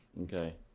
Okay